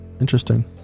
interesting